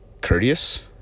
courteous